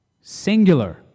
singular